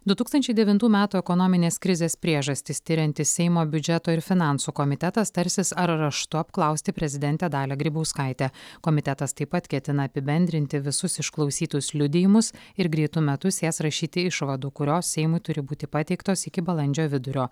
du tūkstančiai devintų metų ekonominės krizės priežastis tiriantis seimo biudžeto ir finansų komitetas tarsis ar raštu apklausti prezidentę dalią grybauskaitę komitetas taip pat ketina apibendrinti visus išklausytus liudijimus ir greitu metu sės rašyti išvadų kurios seimui turi būti pateiktos iki balandžio vidurio